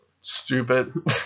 stupid